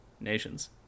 nations